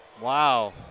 Wow